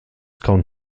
kauen